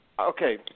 okay